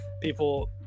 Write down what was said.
people